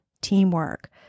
teamwork